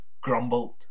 grumbled